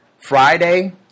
Friday